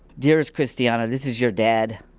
dearest, christiana, this is your dad.